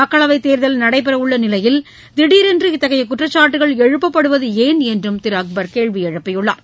மக்களவைத் தேர்தல் நடைபெறவுள்ளநிலையில் திடரென்று இத்தகையகுற்றச்சாட்டுக்கள் எழுப்பப்படுவதுஏன் என்றும் திருஅக்பர் கேள்விஎழுப்பியுள்ளார்